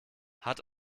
hat